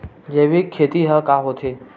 जैविक खेती ह का होथे?